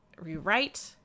rewrite